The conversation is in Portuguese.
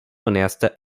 honesta